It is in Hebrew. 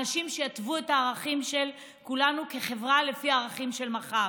אנשים שיתוו את הערכים של כולנו כחברה לפי הערכים של מחר.